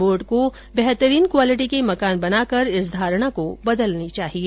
board को बेहतरीन quality के मकान बनाकर इस धारणा को बदलना चाहिए